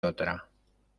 otra